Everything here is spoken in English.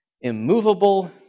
immovable